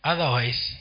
Otherwise